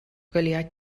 gwyliau